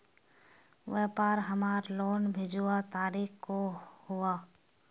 व्यापार हमार लोन भेजुआ तारीख को हुआ?